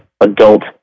adult